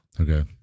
okay